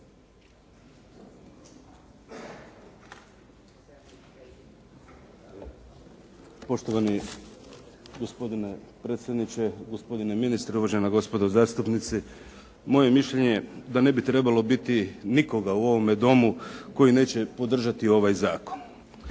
Poštovani gospodine predsjedniče, gospodine ministre, uvažena gospodo zastupnici. Moje mišljenje je da ne bi trebalo biti nikoga u ovome Domu koji neće podržati ovaj zakon.